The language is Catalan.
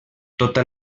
tota